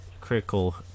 critical